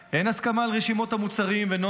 אין הסכמה על רשימות המוצרים ונוהל